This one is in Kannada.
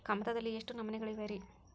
ಕಮತದಲ್ಲಿ ಎಷ್ಟು ನಮೂನೆಗಳಿವೆ ರಿ?